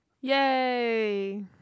Yay